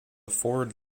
forward